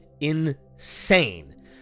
insane